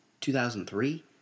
2003